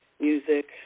music